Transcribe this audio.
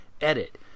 edit